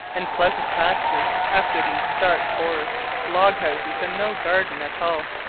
and pleasant pastures, after these dark forests, log-houses, and no garden at all.